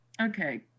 Okay